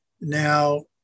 Now